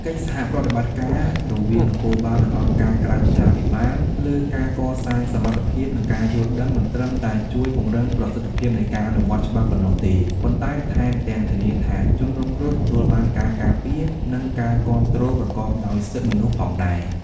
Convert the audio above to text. កិច្ចសហប្រតិបត្តិការរវាងនគរបាល និងអង្គការក្រៅរដ្ឋាភិបាលលើការកសាងសមត្ថភាព និងការយល់ដឹង មិនត្រឹមតែជួយពង្រឹងប្រសិទ្ធភាពនៃការអនុវត្តច្បាប់ប៉ុណ្ណោះទេ ប៉ុន្តែថែមទាំងធានាថាជនរងគ្រោះទទួលបានការការពារ និងការគាំទ្រប្រកបដោយសិទ្ធិមនុស្សផងដែរ។